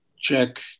check